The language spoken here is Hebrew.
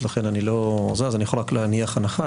אז לכן אני רק יכול להניח הנחה,